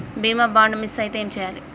బీమా bond miss అయితే ఏం చేయాలి?